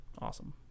awesome